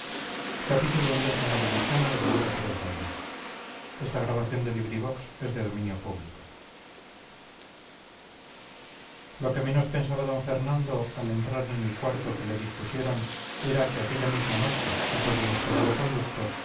cervantes lo que menos pensaba d fernando al entrar en el cuarto que le dispusieron era que aquella misma noche y por inesperado conducto